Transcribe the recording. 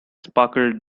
sparkled